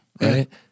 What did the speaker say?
Right